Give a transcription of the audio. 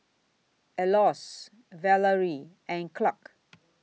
Elois Valery and Clark